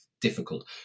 difficult